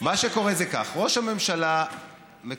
מה שקורה זה כך: ראש הממשלה מקבל